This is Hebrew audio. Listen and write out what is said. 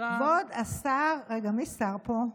כבוד השר, רגע, מי שר פה?